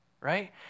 right